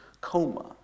coma